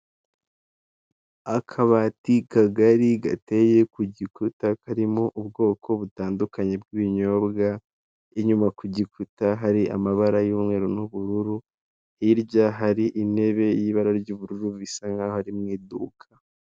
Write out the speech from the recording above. Akabati kagari gateye ku gikuta, karimo ubwoko butandukanye bw'ibinyobwa. Inyuma ku gikuta hari amabara y'umweru n'ubururu, hirya hari intebe y'ibara ry'ubururu bisa nk'aho ari mu iduka.